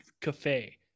Cafe